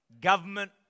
government